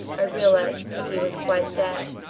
i realised that he was quite dead.